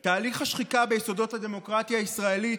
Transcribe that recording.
היא תהליך השחיקה ביסודות הדמוקרטיה הישראלית,